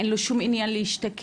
אין לו שום עניין להשתקע.